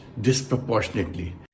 disproportionately